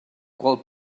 qual